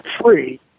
free